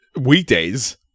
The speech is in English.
weekdays